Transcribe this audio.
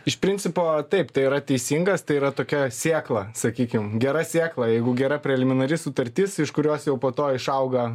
iš principo taip tai yra teisingas tai yra tokia sėkla sakykim gera sėkla jeigu gera preliminari sutartis iš kurios jau po to išauga